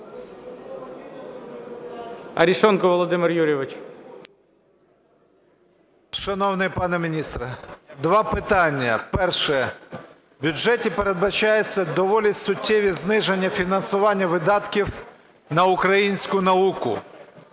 Шановний пане міністре, два питання. Перше. У бюджеті передбачається доволі суттєві зниження фінансування видатків на українську науку,